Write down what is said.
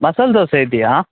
ಮಸಾಲ ದೋಸೆ ಇದೆಯಾ